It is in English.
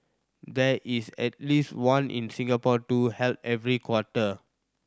there is at least one in Singapore too held every quarter